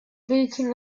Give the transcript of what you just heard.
beacon